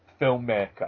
filmmaker